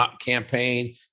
campaign